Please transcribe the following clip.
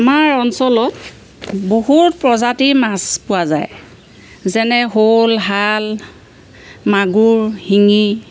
আমাৰ অঞ্চলত বহুত প্ৰজাতি মাছ পোৱা যায় যেনে শ'ল শাল মাগুৰ শিঙি